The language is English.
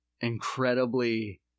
incredibly